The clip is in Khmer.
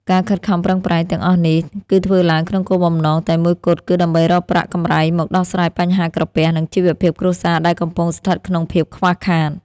ការខិតខំប្រឹងប្រែងទាំងអស់នេះ គឺធ្វើឡើងក្នុងគោលបំណងតែមួយគត់ គឺដើម្បីរកប្រាក់កម្រៃមកដោះស្រាយបញ្ហាក្រពះ និងជីវភាពគ្រួសារដែលកំពុងស្ថិតក្នុងភាពខ្វះខាត។